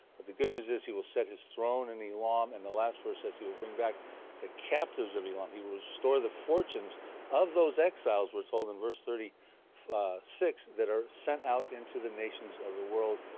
but the good news is he will set his throne in elam. um and the last verse says he will bring back the captives of elam. he will restore the fortunes of those exiles we are told in verse thirty six that are sent out into the nations of the world.